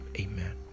Amen